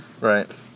Right